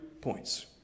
points